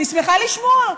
אני שמחה לשמוע.